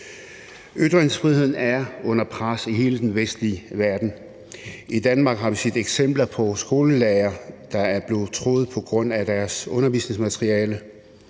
Ytringsfriheden er under pres i hele den vestlige verden. I Danmark har vi set eksempler på skolelærere, der er blevet truet på grund af deres undervisningsmateriale.